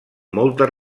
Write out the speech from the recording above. molta